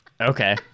Okay